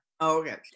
Okay